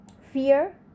fear